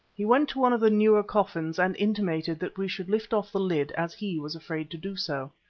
he went to one of the newer coffins and intimated that we should lift off the lid as he was afraid to do so.